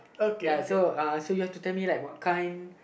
ya so uh so you have to tell me like what kind